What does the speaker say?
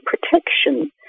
protection